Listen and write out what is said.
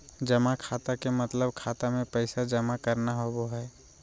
जमा खाता के मतलब खाता मे पैसा जमा करना होवो हय